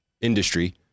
industry